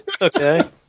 Okay